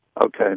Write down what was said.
Okay